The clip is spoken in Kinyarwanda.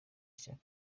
shyaka